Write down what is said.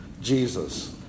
Jesus